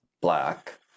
black